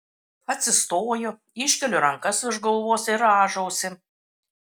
atsistoju iškeliu rankas virš galvos ir rąžausi